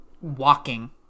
walking